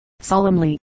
solemnly